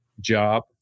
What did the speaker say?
job